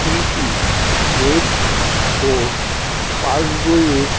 EPFO পাসবইয়ের